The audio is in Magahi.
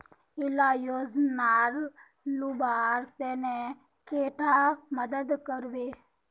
इला योजनार लुबार तने कैडा मदद करबे?